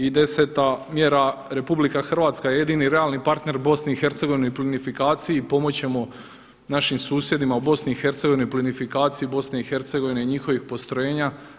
I deseta mjera, RH je jedini realni partner BiH u plinofikaciji i pomoći ćemo našim susjedima u BiH u plinofikaciji BiH i njihovih postrojenja.